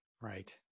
Right